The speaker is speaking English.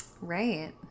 Right